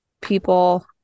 people